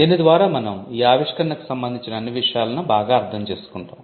దీని ద్వారా మనం ఈ ఆవిష్కరణకు సంబందించిన అన్ని విషయాలను బాగా అర్థం చేసుకుంటాo